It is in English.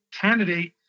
candidate